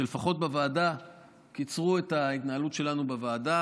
שלפחות בוועדה קיצרו את ההתנהלות שלנו בוועדה.